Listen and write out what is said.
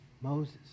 Moses